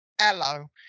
hello